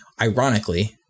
ironically